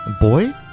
Boy